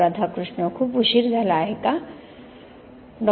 राधाकृष्ण खूप उशीर झाला आहे डॉ